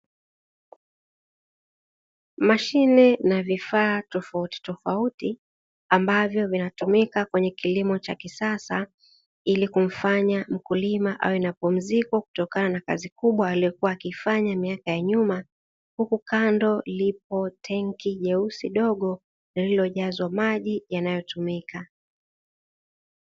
Mashine na vifaa tofautitofauti ambavyo vinatumika kwenye kilimo cha kisasa, ili kumfanya mkulima awe na pumziko kutokana na kazi kubwa aliyokuwa akifanya miaka ya nyuma, huku kando lipo tanki jeusi dogo lililojazwa maji yanayotumika.